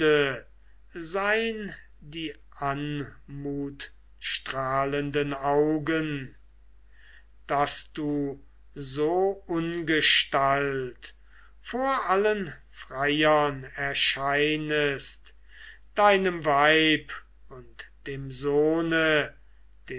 sein die anmutstrahlenden augen daß du so ungestalt vor allen freiern erscheinest deinem weib und dem sohne